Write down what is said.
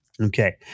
Okay